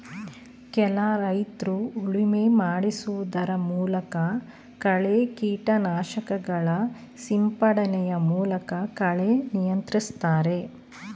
ಕೆಲ ರೈತ್ರು ಉಳುಮೆ ಮಾಡಿಸುವುದರ ಮೂಲಕ, ಕಳೆ ಕೀಟನಾಶಕಗಳ ಸಿಂಪಡಣೆಯ ಮೂಲಕ ಕಳೆ ನಿಯಂತ್ರಿಸ್ತರೆ